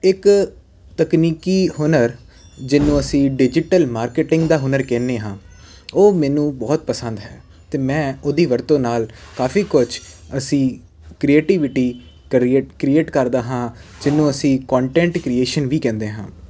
ਇੱਕ ਤਕਨੀਕੀ ਹੁਨਰ ਜਿਹਨੂੰ ਅਸੀਂ ਡਿਜੀਟਲ ਮਾਰਕੀਟਿੰਗ ਦਾ ਹੁਨਰ ਕਹਿੰਦੇ ਹਾਂ ਉਹ ਮੈਨੂੰ ਬਹੁਤ ਪਸੰਦ ਹੈ ਅਤੇ ਮੈਂ ਉਹਦੀ ਵਰਤੋਂ ਨਾਲ ਕਾਫੀ ਕੁਝ ਅਸੀਂ ਕ੍ਰੀਏਟਿਵਿਟੀ ਕ੍ਰੀਏਟ ਕ੍ਰੀਏਟ ਕਰਦਾ ਹਾਂ ਜਿਹਨੂੰ ਅਸੀਂ ਕੋਂਟੈਂਟ ਕ੍ਰੀਏਸ਼ਨ ਵੀ ਕਹਿੰਦੇ ਹਾਂ